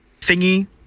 thingy